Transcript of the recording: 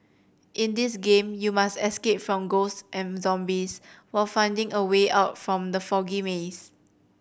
in this game you must escape from ghosts and zombies while finding a way out from the foggy maze